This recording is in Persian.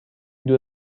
دور